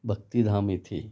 भक्तिधाम येथे